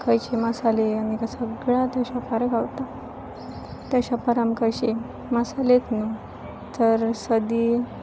खंयचे मसाले आनी काय सगळां त्या शोपार गावता ते शोपार आमकां अशी मसालेत न्हू तर सदीं